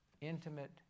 intimate